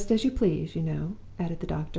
just as you please, you know added the doctor.